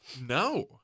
No